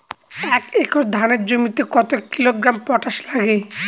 এক একর ধানের জমিতে কত কিলোগ্রাম পটাশ লাগে?